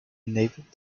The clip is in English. enabled